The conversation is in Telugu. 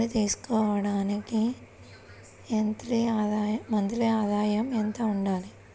లోను తీసుకోవడానికి మంత్లీ ఆదాయము ఎంత ఉండాలి?